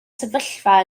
sefyllfa